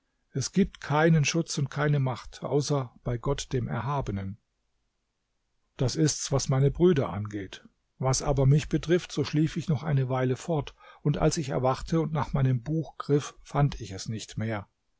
es gibt keinen schutz und keine macht außer bei gott dem erhabenen das ist's was meine brüder angeht was aber mich betrifft so schlief ich noch eine weile fort und als ich erwachte und nach meinem buch griff fand ich es nicht mehr